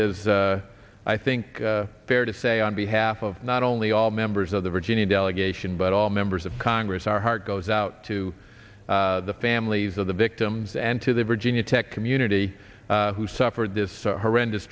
is i think fair to say on behalf of not only all the members of the virginia delegation but all members of congress our heart goes out to the families of the victims and to the virginia tech community who suffered this horrendous